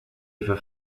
either